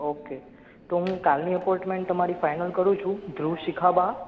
okay તો હું કાલની એપોઇન્ટમેન્ટ તમારી ફાઇનલ કરું છું ધ્રુવ શિખાબા